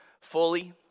fully